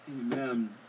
Amen